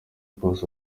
kose